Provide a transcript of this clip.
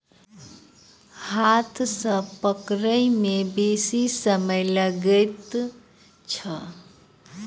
हाथ सॅ पकड़य मे बेसी समय लगैत छै